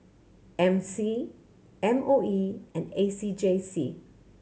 M C M O E and A C J C